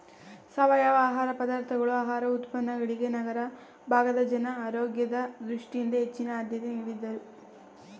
ಸಾವಯವ ಆಹಾರ ಪದಾರ್ಥಗಳು ಆಹಾರ ಉತ್ಪನ್ನಗಳಿಗೆ ನಗರ ಭಾಗದ ಜನ ಆರೋಗ್ಯದ ದೃಷ್ಟಿಯಿಂದ ಹೆಚ್ಚಿನ ಆದ್ಯತೆ ನೀಡಿದ್ದಾರೆ